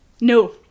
No